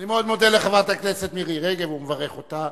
אני מאוד מודה לחברת הכנסת מירי רגב ומברך אותה.